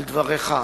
על דבריך,